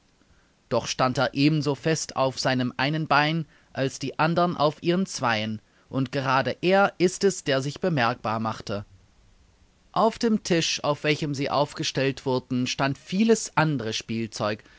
doch stand er eben so fest auf seinem einen bein als die andern auf ihren zweien und gerade er ist es der sich bemerkbar machte auf dem tisch auf welchem sie aufgestellt wurden stand vieles andere spielzeug